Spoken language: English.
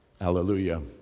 Hallelujah